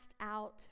out